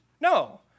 No